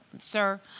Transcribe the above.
sir